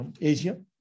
Asia